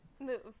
Move